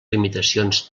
limitacions